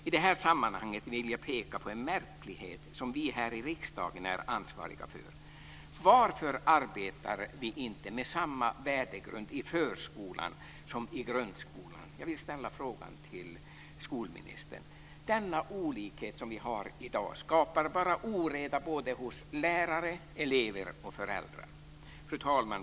I det här sammanhanget vill jag peka på en märklighet som vi här i riksdagen är ansvariga för. Varför arbetar vi inte med samma värdegrund i förskolan som i grundskolan? Jag vill ställa frågan till skolministern. Den olikhet som vi har i dag skapar bara oreda hos lärare, elever och föräldrar. Fru talman!